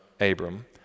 Abram